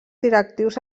directius